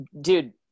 dude